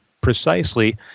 precisely